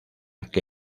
que